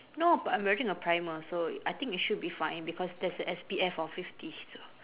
no but I'm wearing a primer so I think it should be fine because there's a S_P_F of fifty so